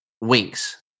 winks